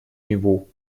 niveau